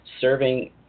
serving